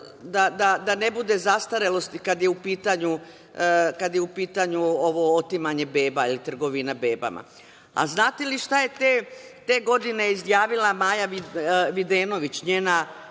da ne bude zastarelost kada je u pitanju ovo otimanje beba ili trgovina bebama? Znate li šta je te godine izjavila Maja Videnović, njena